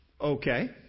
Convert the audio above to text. Okay